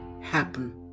happen